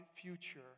future